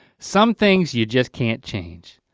some things you just can't change.